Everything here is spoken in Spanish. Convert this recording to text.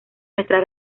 nuestra